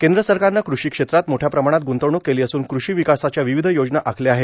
केंद्र सरकारने कृषी क्षेत्रात मोठया प्रमाणात गुंतवणूक केली असून कृषी विकासाच्या विविध योजना आखल्या आहेत